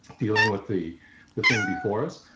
dealing with the the thing before us,